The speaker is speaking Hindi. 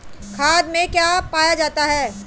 खाद में क्या पाया जाता है?